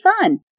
fun